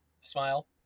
Smile